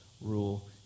rule